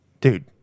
Dude